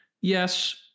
Yes